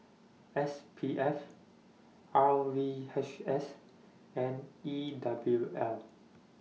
S P F R V H S and E W L